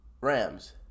Rams